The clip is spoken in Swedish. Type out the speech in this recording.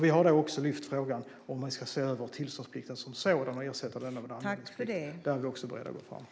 Vi har där också lyft frågan om huruvida man ska se över tillståndsplikten som sådan och ersätta den med något annat. Också där är vi beredda att gå fram.